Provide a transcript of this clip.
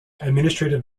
administrative